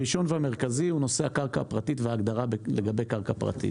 הראשון והמרכזי זה נושא הקרקע הפרטית וההגדרה לגבי קרקע פרטית.